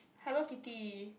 Hello-Kitty